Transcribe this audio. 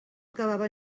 acabava